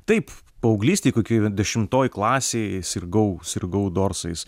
taip paauglystėj kokioj dešimtoj klasėj sirgau sirgau dorsais